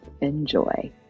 Enjoy